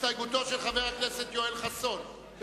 הסתייגותו של חבר הכנסת יואל חסון,